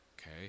okay